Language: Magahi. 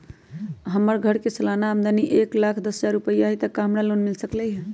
हमर घर के सालाना आमदनी एक लाख दस हजार रुपैया हाई त का हमरा लोन मिल सकलई ह?